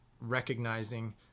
recognizing